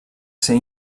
ser